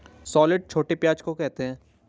shallot छोटे प्याज़ को कहते है